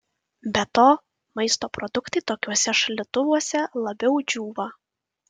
be to maisto produktai tokiuose šaldytuvuose labiau džiūva